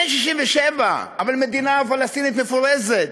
כן, 67', אבל מדינה פלסטינית מפורזת.